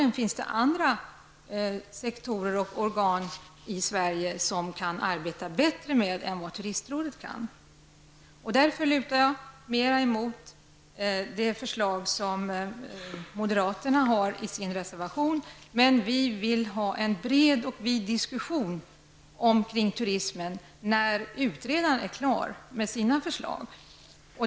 Det finns dock andra sektorer och organ i Sverige som kan arbeta bättre med de sociala målen än vad turistrådet kan. Därför lutar jag mera emot det förslag som moderaterna har i sin reservation. Vi vill dock ha en bred diskussion kring turismen när utredaren är klar med sina förslag.